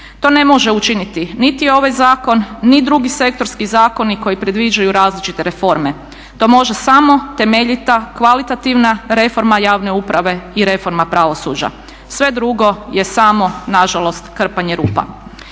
To ne može učiniti niti ovaj zakon ni drugi sektorski zakoni koji predviđaju različite reforme. To može samo temeljita kvalitativna reforma javne uprave i reforma pravosuđa. Sve drugo je samo nažalost krpanje rupa.